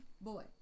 boy